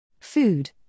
Food